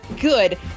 good